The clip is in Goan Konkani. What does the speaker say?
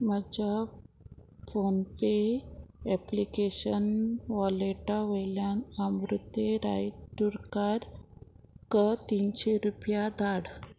म्हज्या फोनपे ऍप्लिकेशन वॉलेटा वयल्यान अमृती रायतुरकाराक तिनशे रुपया धाड